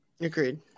Agreed